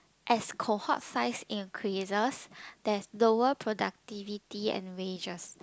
as cohort size increases there's lower productivity and wages